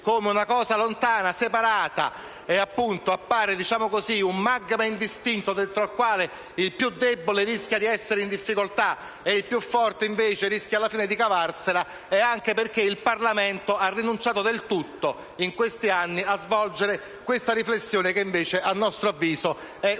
come una cosa lontana, separata e un magma indistinto dentro il quale il più debole rischia di essere in difficoltà e il più forte rischia di cavarsela è anche perché il Parlamento ha rinunciato del tutto in questi anni a svolgere questa riflessione che, a nostro avviso, è serissima.